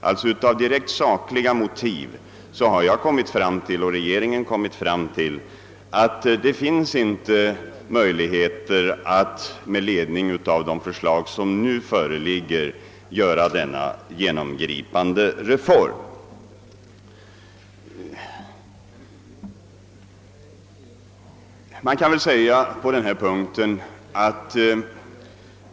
Regeringen har alltså på uteslutande sakliga grunder kommit fram till att det inte ned ledning av det förslag som nu föreigger finns möjlighet att genomföra en genomgripande reform.